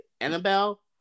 Annabelle